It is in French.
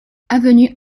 avenue